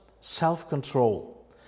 self-control